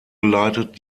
geleitet